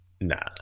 Nah